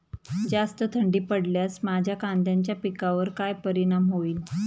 जास्त थंडी पडल्यास माझ्या कांद्याच्या पिकावर काय परिणाम होईल?